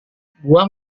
buah